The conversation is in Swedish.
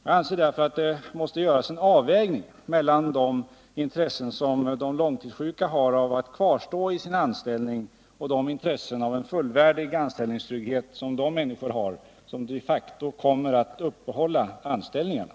Jag anser därför att det måste göras en avvägning mellan de intressen som de långtidssjuka har av att kvarstå i sin anställning och de intressen av en fullvärdig anställningstrygghet som de människor har som de facto kommer att uppehålla anställningarna.